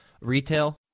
retail